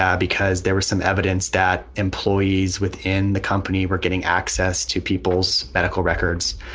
yeah because there was some evidence that employees within the company were getting access to people's medical records.